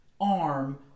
arm